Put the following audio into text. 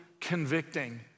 convicting